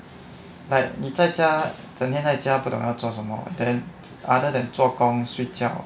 like 你在家整天在家不懂要做什么 other other than 做工睡觉